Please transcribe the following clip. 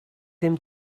ddim